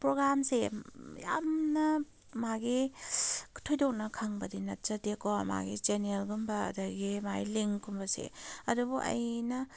ꯄ꯭ꯔꯣꯒꯥꯝꯁꯦ ꯌꯥꯝꯅ ꯃꯥꯒꯤ ꯊꯣꯏꯗꯣꯛꯅ ꯈꯪꯕꯗꯤ ꯅꯠꯆꯗꯦꯀꯣ ꯃꯥꯒꯤ ꯆꯦꯅꯦꯜꯒꯨꯝꯕ ꯑꯗꯨꯁꯒꯤ ꯃꯥꯒꯤ ꯂꯤꯒꯀꯨꯝꯕꯁꯦ ꯑꯗꯨꯕꯨ ꯑꯩꯅ